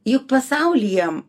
juk pasaulyje